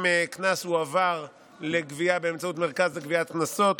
אם קנס הועבר לגבייה באמצעות המרכז לגביית קנסות,